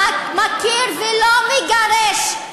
מכיר ולא מגרש,